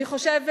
אני חושבת